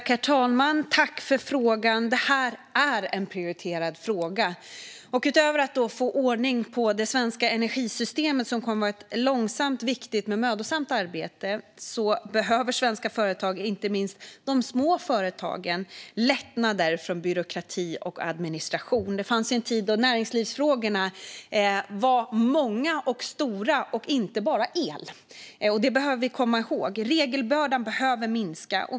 Herr talman! Det här är en prioriterad fråga. Utöver att få ordning på det svenska energisystemet, vilket kommer att vara ett långsamt, viktigt men mödosamt arbete, behöver svenska företag - inte minst de små företagen - lättnader från byråkrati och administration. Det fanns en tid då näringslivsfrågorna var många och stora och inte bara handlade om el. Det behöver vi komma ihåg. Regelbördan behöver minska.